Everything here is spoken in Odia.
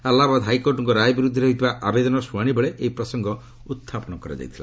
ଆହ୍ଲାବାଦ ହାଇକୋର୍ଟଙ୍କ ରାୟ ବିରୁଦ୍ଧରେ ହୋଇଥିବା ଆବେଦନର ଶୁଣାଣିବେଳେ ଏହି ପ୍ରସଙ୍ଗ ଉତ୍ଥାପନ ହୋଇଥିଲା